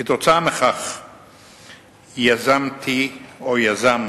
עקב כך יזמתי, או יזם